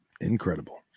Incredible